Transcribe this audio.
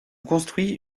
construit